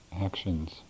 actions